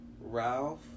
Ralph